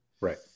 Right